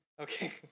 Okay